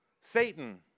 Satan